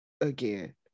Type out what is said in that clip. again